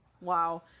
Wow